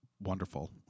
wonderful